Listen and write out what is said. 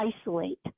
isolate